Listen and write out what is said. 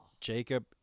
Jacob